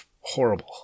horrible